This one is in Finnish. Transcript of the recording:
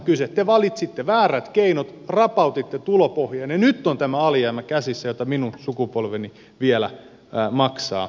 te valitsitte väärät keinot rapautitte tulopohjan ja nyt on tämä alijäämä käsissä jota minun sukupolveni vielä maksaa pitkään